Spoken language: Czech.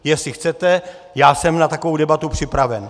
Jestli chcete, já jsem na takovou debatu připraven.